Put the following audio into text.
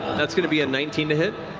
that's going to be a nineteen to hit.